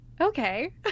okay